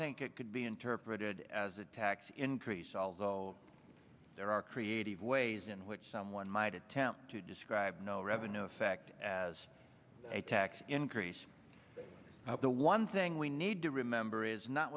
think it could be interpreted as a tax increase although there are creative ways in which someone might attempt to describe no revenue effect as a tax increase the one thing we need to remember is not